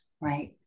right